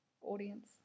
audience